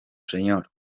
señor